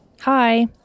Hi